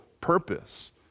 purpose